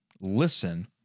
listen